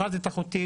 בחרתי את החוטים.